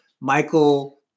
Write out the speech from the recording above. Michael